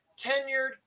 tenured